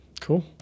Cool